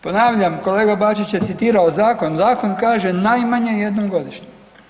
Ponavljam, kolega Bačić je citirao zakon, zakon kaže najmanje jednom godišnje.